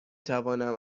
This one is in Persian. توانم